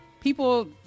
People